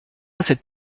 cette